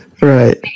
Right